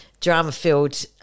drama-filled